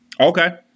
Okay